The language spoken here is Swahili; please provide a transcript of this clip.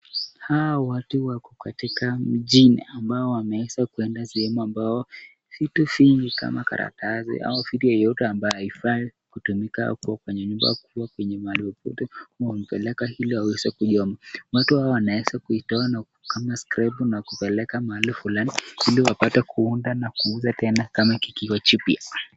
hawa watu wako katika mjini ambayo wameweza kuenda sehemu ambayo vitu vingi kama karatasi au vitu yeyote ambayo haifai kutumika huko kwenye nyumba ama mahali popote wamepeleka ili waweze kuchoma, watu hawa wanaweza kuitoa na kupanga skrepu na kupeleka mahali fulani ili wapate kuunda na kuza tena kama kikiwa jipya.